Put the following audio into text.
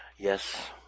Yes